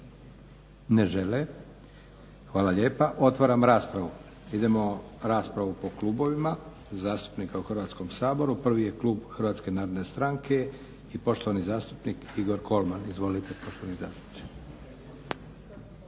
Ne žele. Hvala lijepa. Otvaram raspravu. Idemo raspravu po klubovima zastupnika u Hrvatskom saboru. Prvi je klub HNS-a i poštovani zastupnik Igor Kolman. Izvolite. **Leko, Josip